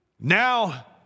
Now